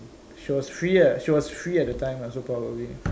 she was free ah she was free at that time lah so probably lah